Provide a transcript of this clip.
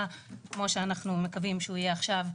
כמו שאנחנו מקווים שהוא יהיה עכשיו,